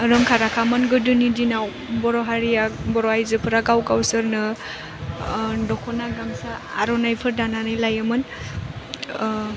रोंखा राखामोन गोदोनि दिनाव बर' हारिया बर' आयजोफ्रा गाव गावसोरनो ओह दख'ना गामसा आर'नाइफोर दानानै लायोमोन ओह